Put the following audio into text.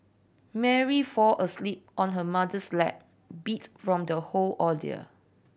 Mary fall asleep on her mother's lap beat from the whole ordeal